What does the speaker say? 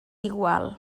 igual